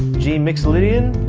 g mixolydian